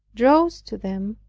draws to them,